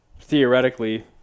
theoretically